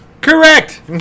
Correct